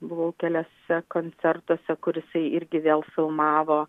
buvau keliuose koncertuose kur jisai irgi vėl filmavo